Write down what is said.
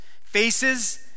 Faces